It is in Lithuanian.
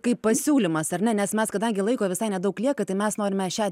kaip pasiūlymas ar ne nes mes kadangi laiko visai nedaug lieka tai mes norime šią